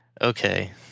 Okay